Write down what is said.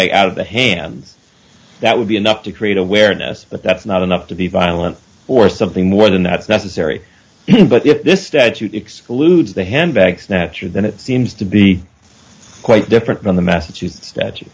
they out of the hands that would be enough to create awareness but that's not enough to be violent or something more than that's necessary but if this statute excludes the handbag snatcher then it seems to be quite different from the massachusetts st